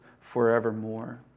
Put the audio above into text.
forevermore